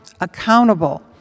accountable